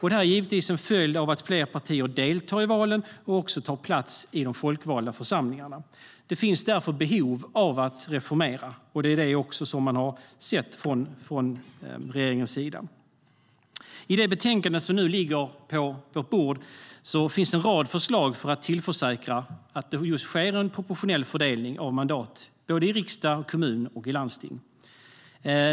Detta är givetvis en följd av att fler partier deltar i valen och tar plats i de folkvalda församlingarna. Det finns därför behov av att reformera, och det är det man har sett från regeringens sida. I det betänkande som nu ligger på vårt bord finns en rad förslag för att tillförsäkra en proportionell fördelning av mandat i såväl riksdag som kommuner och landsting.